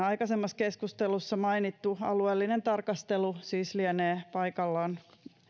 aikaisemmassa keskustelussa mainittu alueellinen tarkastelu siis lienee paikallaan